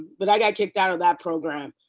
but i got kicked out of that program.